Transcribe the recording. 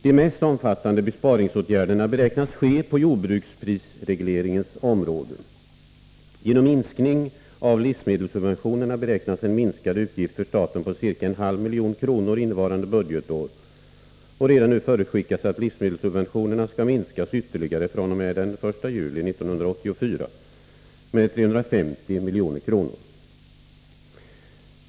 De mest omfattande besparingsåtgärderna beräknas ske på jordbruksprisregleringens område. Genom minskning av livsmedelssubventionerna beräknar man att få en minskad utgift för staten på ca en halv miljon kronor innevarande budgetår, och redan nu förutskickas att livsmedelssubventionerna skall minskas ytterligare fr.o.m. den första juli 1984 med 350 milj.kr.